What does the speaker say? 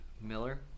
Miller